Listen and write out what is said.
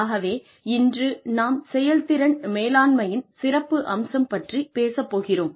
ஆகவே இன்று நாம் செயல்திறன் மேலாண்மையின் சிறப்பம்சம் பற்றி பேசப் போகிறோம்